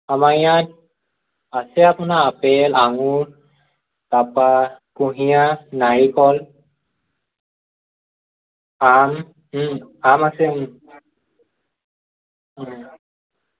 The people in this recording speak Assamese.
আমাৰ ইয়াত আছে আপোনাৰ আপেল আঙুৰ তাৰপৰা কুঁহিয়াৰ নাৰিকল আম আম আছে